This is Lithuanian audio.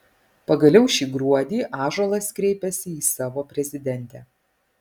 pagaliau šį gruodį ąžuolas kreipiasi į savo prezidentę